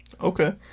Okay